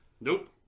Nope